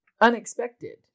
unexpected